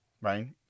right